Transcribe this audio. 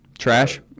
Trash